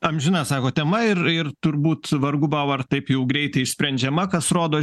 amžina sakot tema ir ir turbūt vargu bau ar taip jau greitai sprendžiama kas rodo